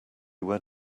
where